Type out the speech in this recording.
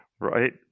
Right